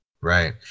Right